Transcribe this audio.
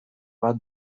bat